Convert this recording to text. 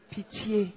Pitié